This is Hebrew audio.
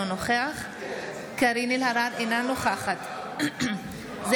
אינו נוכח קארין אלהרר,